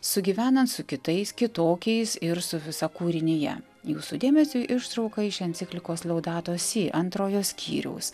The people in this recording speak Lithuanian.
sugyvenant su kitais kitokiais ir su visa kūrinija jūsų dėmesiui ištrauka iš enciklikos laudato si antrojo skyriaus